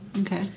Okay